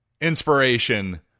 inspiration